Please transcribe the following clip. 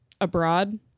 abroad